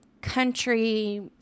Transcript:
country